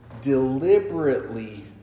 deliberately